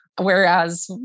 Whereas